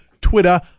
Twitter